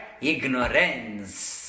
ignorance